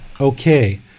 Okay